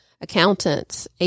accountants